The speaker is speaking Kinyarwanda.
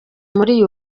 muri